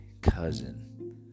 cousin